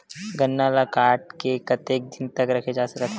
गन्ना ल काट के कतेक दिन तक रखे जा सकथे?